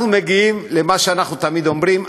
אנחנו מגיעים למה שאנחנו תמיד אומרים: